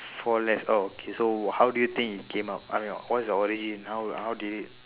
for less oh okay so how do you think it came up uh no what is the origin how how did it